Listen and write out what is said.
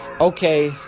Okay